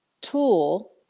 tool